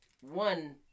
one